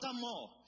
more